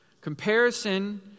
comparison